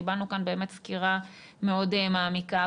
באמת כאן קיבלנו סקירה מאוד מעמיקה.